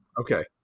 Okay